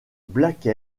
black